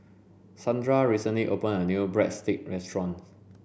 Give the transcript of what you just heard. Sandra recently open a new Breadstick restaurant